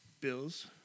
Bills